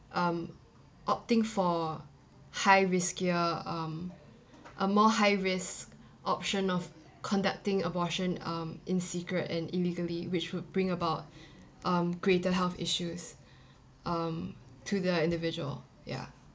um opting for high riskier um a more high risk option of conducting abortion um in secret and illegally which would bring about um greater health issues um to the individual ya